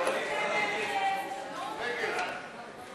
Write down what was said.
ההסתייגויות לסעיף 76,